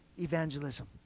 evangelism